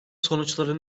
sonuçları